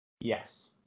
Yes